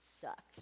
sucks